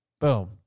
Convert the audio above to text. Boom